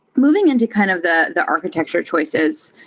moving into kind of the the architecture choices,